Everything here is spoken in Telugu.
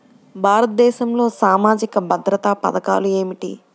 భారతదేశంలో సామాజిక భద్రతా పథకాలు ఏమిటీ?